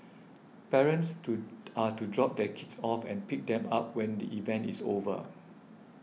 parents to are to drop their kids off and pick them up when the event is over